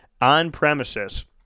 on-premises